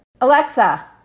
Alexa